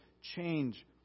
change